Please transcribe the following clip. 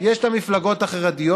יש את המפלגות החרדיות,